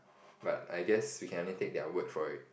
but I guess we can only take their words for it